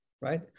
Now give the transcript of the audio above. right